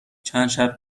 چندشب